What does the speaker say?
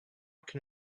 can